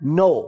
no